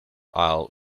aisle